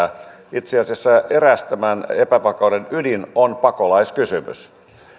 itse asiassa eräs tämän epävakauden ydin on pakolaiskysymys